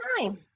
time